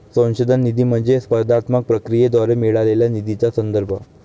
संशोधन निधी म्हणजे स्पर्धात्मक प्रक्रियेद्वारे मिळालेल्या निधीचा संदर्भ